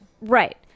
Right